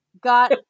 got